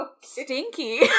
stinky